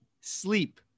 Sleep